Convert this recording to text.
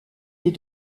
les